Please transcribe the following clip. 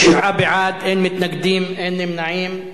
שבעה בעד, אין מתנגדים, אין נמנעים.